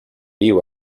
you